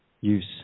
use